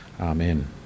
Amen